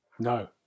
No